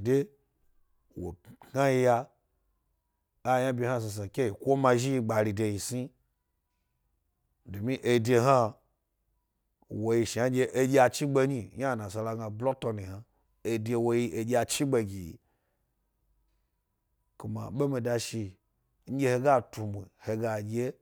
de wo kna yi ya e aynaɓye hna snisni ke yi koma zhi yi gbari de yi snidomi ede hna wo yi shnanɗye eɗya chigbe nyi n, yna a nasala gna blood thinner yna, ede wo yi eɗya chigbe n. be mida zhi, nɗye he ga tumu he ga dye